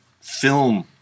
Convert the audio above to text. film